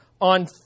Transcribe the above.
on